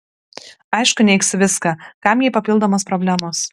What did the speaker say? aišku neigs viską kam jai papildomos problemos